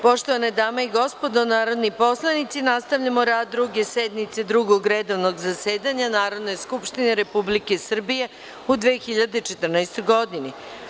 Poštovane dame i gospodo narodni poslanici, nastavljamo rad Druge sednice Drugog redovnog zasedanja Narodne skupštine Republike Srbije u 2014. godini.